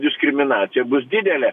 diskriminacija bus didelė